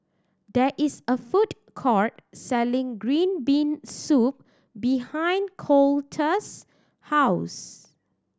there is a food court selling green bean soup behind Coletta's house